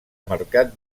mercat